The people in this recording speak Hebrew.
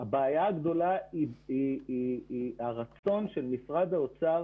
היא הרצון של משרד האוצר